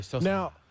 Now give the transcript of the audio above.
Now